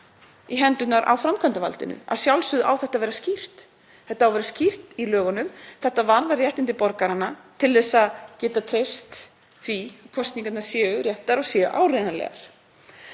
í hendurnar á framkvæmdarvaldinu. Að sjálfsögðu á þetta að vera skýrt. Þetta á að vera skýrt í lögunum. Þetta varðar réttindi borgaranna til að geta treyst því að kosningarnar séu réttar og séu áreiðanlegar.